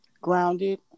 grounded